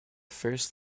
first